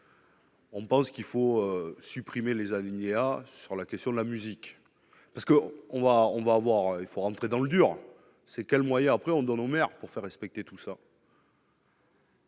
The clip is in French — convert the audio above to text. On pense qu'il faut supprimer les alinéas sur la question de la musique parce que on va, on va voir, il faut rentrer dans le dur, c'est quels moyens après on donne au maire pour faire respecter tout ça.